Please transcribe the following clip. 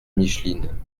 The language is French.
micheline